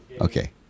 Okay